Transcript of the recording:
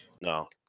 No